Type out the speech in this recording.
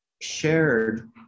shared